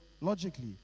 logically